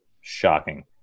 shocking